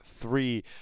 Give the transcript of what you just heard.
three